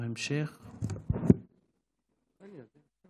תודה רבה.